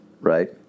Right